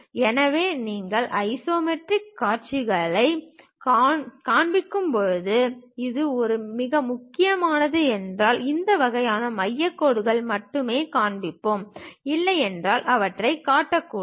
எனவே நீங்கள் ஐசோமெட்ரிக் காட்சிகளைக் காண்பிக்கும் போது இது மிக முக்கியமானது என்றால் இந்த வகையான மையக் கோடுகளை மட்டுமே காண்பிப்போம் இல்லையெனில் அவற்றைக் காட்டக்கூடாது